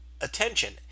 attention